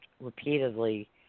repeatedly